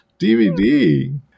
DVD